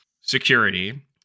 security